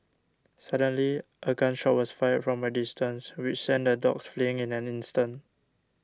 suddenly a gun shot was fired from a distance which sent the dogs fleeing in an instant